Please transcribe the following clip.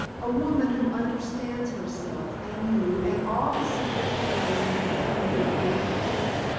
a woman who understands herself and you and all the secret perils of the game we are both playing?